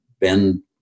Ben